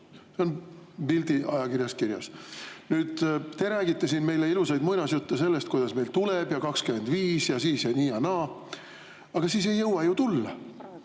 See on Bildi ajakirjas kirjas. Te räägite siin meile ilusaid muinasjutte sellest, kuidas meil tuleb 2025 ja siis ja nii ja naa. Aga siis ei jõua ju tulla.